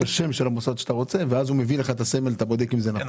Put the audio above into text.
שם המוסד שאתה רוצה ואז הוא שם את הסמל ואתה בודק אם זה נכון.